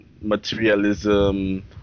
materialism